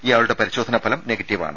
ഇയാളുടെ പരിശോധനാ ഫലം നെഗറ്റീവാണ്